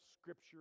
scripture